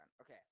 Okay